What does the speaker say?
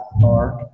dark